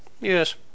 yes